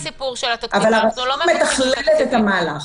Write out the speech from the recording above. הרשות מתכללת את המהלך.